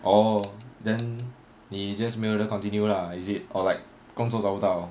orh then 你 just 没有的 continue lah is it or like 工作找不到